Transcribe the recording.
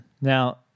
Now